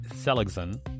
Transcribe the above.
Seligson